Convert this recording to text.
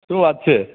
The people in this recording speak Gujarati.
શું વાત છે